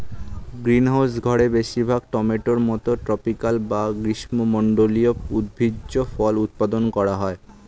greenhouse ঘরে বেশিরভাগ টমেটোর মতো ট্রপিকাল বা গ্রীষ্মমন্ডলীয় উদ্ভিজ্জ ফল উৎপাদন করা হয়